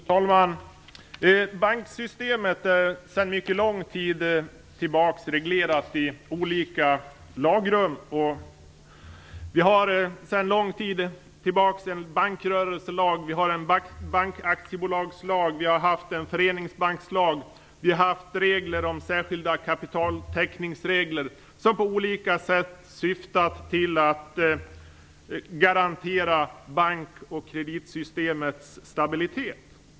Fru talman! Banksystemet är sedan mycket lång tid tillbaka reglerat i olika lagrum. Vi har sedan lång tid tillbaka en bankrörelselag och en bankaktiebolagslag och har haft en föreningsbankslag samt särskilda kapitaltäckningsregler som på olika sätt syftat till att garantera bank och kreditssystemets stabilitet.